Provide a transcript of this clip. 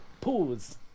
pause